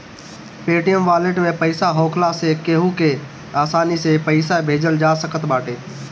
Paytm wallet में पईसा होखला से केहू के आसानी से पईसा भेजल जा सकत बाटे